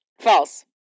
False